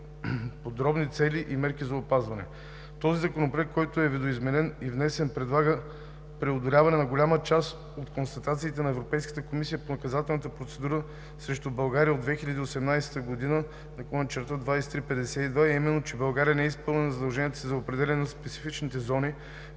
подробни цели и мерки на опазване. Този законопроект, който е видоизменен и внесен, предлага преодоляване на голяма част от констатациите на Европейската комисия по наказателна процедура срещу България от 2018/2352, а именно, че България не е изпълнила задълженията си за определяне на специфичните за